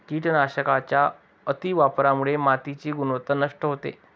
कीटकनाशकांच्या अतिवापरामुळे मातीची गुणवत्ता नष्ट होते